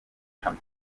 hamwe